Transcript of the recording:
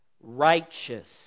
righteous